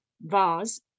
vase